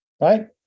right